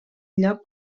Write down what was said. lloc